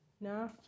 No